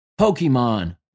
Pokemon